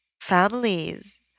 families